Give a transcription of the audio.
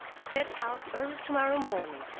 set out early to-morrow morning,